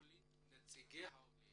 נציגי העולים